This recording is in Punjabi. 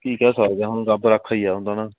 ਕੀ ਕਹਿ ਸਕਦੇ ਹੁਣ ਰੱਬ ਰਾਖਾ ਹੀ ਆ ਹੁਣ ਤਾਂ ਨਾ